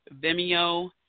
Vimeo